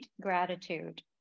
gratitude